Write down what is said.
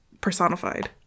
personified